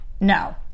no